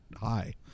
high